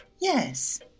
Yes